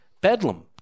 Bedlam